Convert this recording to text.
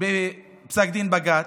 בפסק דין בג"ץ,